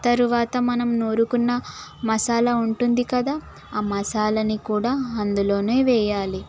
తరువాత మనం నూరుకున్న మసాలా ఉంటుంది కదా ఆ మసాలాని కూడా అందులో వేయాలి